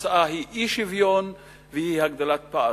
התוצאה היא אי-שוויון והגדלת פערים.